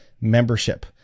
membership